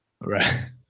Right